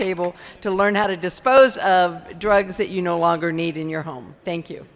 table to learn how to dispose of drugs that you no longer need in your home thank you